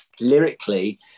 Lyrically